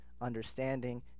understanding